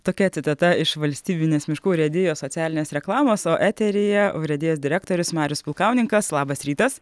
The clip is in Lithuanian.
tokia citata iš valstybinės miškų urėdijos socialinės reklamos o eteryje urėdijos direktorius marius pulkauninkas labas rytas